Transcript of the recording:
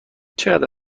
چقدر